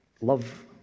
love